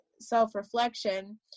self-reflection